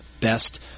best